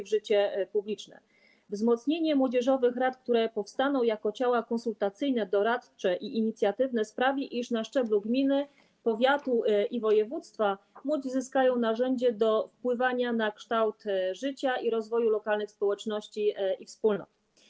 Wzmocnienie młodzieżowych rad, które powstaną jako ciała konsultacyjne, doradcze i inicjatywne, sprawi, iż na szczeblu gminy, powiatu i województwa młodzi zyskają narzędzie do wpływania na kształt życia i rozwój lokalnych społeczności i wspólnot.